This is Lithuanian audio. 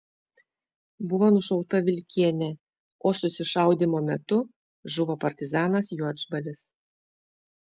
buvo nušauta vilkienė o susišaudymo metu žuvo partizanas juodžbalis